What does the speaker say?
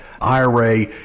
ira